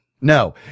no